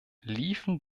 liefen